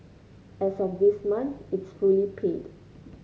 as of this month it's fully paid